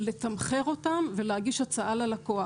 לתמחר אותם ולהגיש הצעה ללקוח.